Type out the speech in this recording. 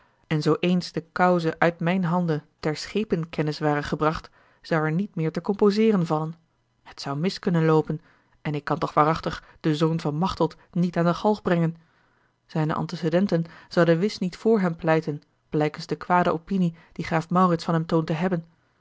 en zoo eens de cause uit mijne handen ter schepen kennis ware gebracht zou er niet meer te composeeren vallen het zou mis kunnen loopen en ik kan toch waarachtig den zoon van machteld niet aan de galg brengen zijne antecedenten zouden wis niet voor hem pleiten blijkens de kwade opinie die graaf maurits van hem toont te hebben